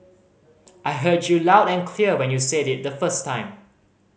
I heard you loud and clear when you said it the first time